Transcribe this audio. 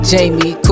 Jamie